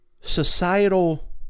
societal